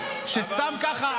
שסתם כך,